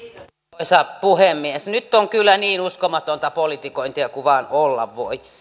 arvoisa puhemies nyt on kyllä niin uskomatonta politikointia kuin vain olla voi